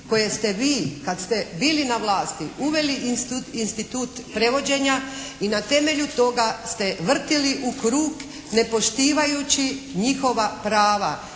koje ste vi kad ste bili na vlasti uveli institut prevođenja i na temelju toga ste vrtjeli u krug ne poštivajući njihova prava.